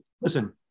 Listen